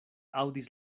aŭdis